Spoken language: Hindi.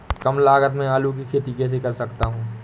कम लागत में आलू की खेती कैसे कर सकता हूँ?